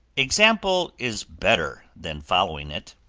example is better than following it.